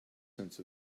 sense